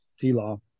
T-Law